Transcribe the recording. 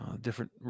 Different